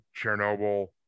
chernobyl